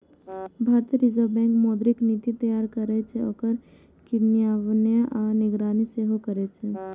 भारतीय reserve bank मौद्रिक नीति तैयार करै छै, ओकर क्रियान्वयन आ निगरानी सेहो करै छै